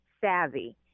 savvy